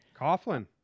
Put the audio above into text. Coughlin